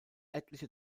etliche